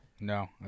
No